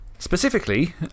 Specifically